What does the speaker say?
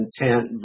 intent